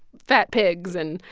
fat pigs and,